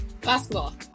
Basketball